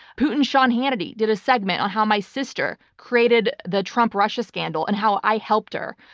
putin's sean hannity did a segment on how my sister created the trump russia scandal and how i helped her.